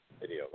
video